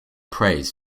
praise